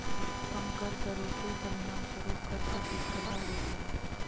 कम कर दरों के परिणामस्वरूप कर प्रतिस्पर्धा होती है